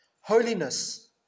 Holiness